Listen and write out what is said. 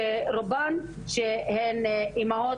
שרובן הן אימהות,